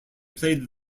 played